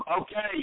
Okay